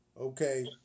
okay